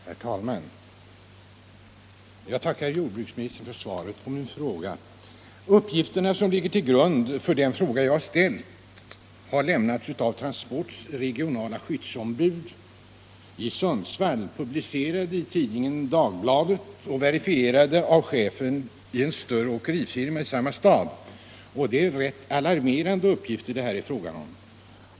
Herr talman! Jag tackar jordbruksministern för svaret på min fråga. Uppgifterna som ligger till grund för den fråga jag ställt har lämnats av Transports regionala skyddsombud i Sundsvall, publicerade i tidningen Dagbladet och verifierade av chefen för en större åkerifirma i samma stad. Det är rätt alarmerande uppgifter det här är fråga om.